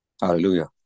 Hallelujah